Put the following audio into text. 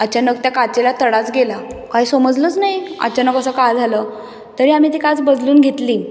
अचानक त्या काचेला तडाच गेला काही समजलंच नाही अचानक असं का झालं तरी आम्ही ती काच बदलून घेतली